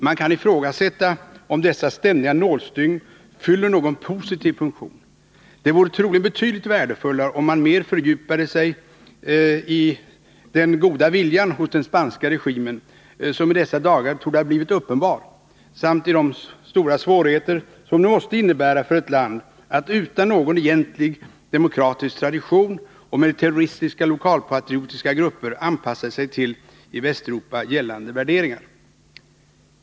Man kan ifrågasätta om dessa ständiga nålstygn fyller någon positiv funktion. Det vore troligen betydligt värdefullare om man mer fördjupade sig i den goda viljan hos den spanska regimen som i dessa dagar torde ha blivit uppenbar samt i de stora svårigheter som det måste innebära för ett land att utan någon egentlig demokratisk tradition och med terroristiska lokalpatriotiska grupper anpassa sig till i Västeuropa gällande värderingar.